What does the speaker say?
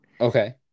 Okay